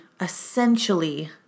essentially